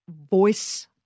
voice